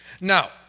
Now